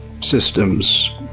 systems